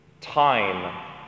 time